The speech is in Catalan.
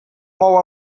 mou